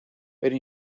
pero